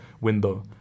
window